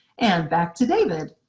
and back to david.